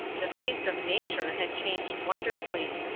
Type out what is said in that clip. the face of nature had changed wonderfully.